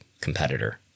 competitor